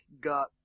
got